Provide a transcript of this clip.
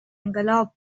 انقلاب